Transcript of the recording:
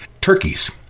turkeys